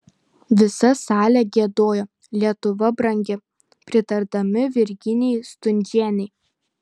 visa salė giedojo lietuva brangi pritardami virginijai stundžienei